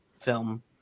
film